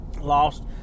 lost